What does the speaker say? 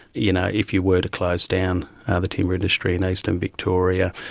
you know if you were to close down the timber industry in eastern victoria,